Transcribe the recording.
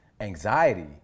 anxiety